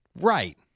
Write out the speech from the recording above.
Right